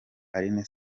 alyn